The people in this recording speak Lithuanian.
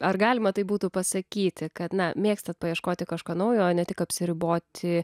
ar galima taip būtų pasakyti kad na mėgstat paieškoti kažko naujo o ne tik apsiriboti